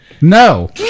no